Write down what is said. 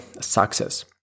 success